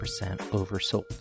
oversold